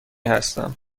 هستم